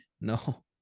No